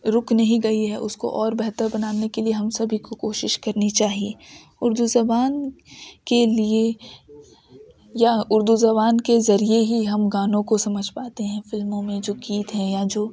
رک نہیں گئی ہے اس کو اور بہتر بنانے کے لیے ہم سبھی کو کوشش کرنی چاہیے اردو زبان کے لیے یا اردو زبان کے ذریعے ہی ہم گانوں کو سمجھ پاتے ہیں فلموں میں جو گیت ہیں یا جو